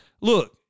look